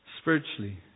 spiritually